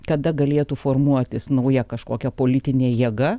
kada galėtų formuotis nauja kažkokia politinė jėga